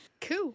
Cool